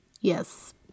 Yes